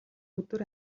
өдөр